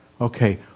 Okay